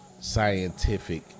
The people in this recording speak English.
scientific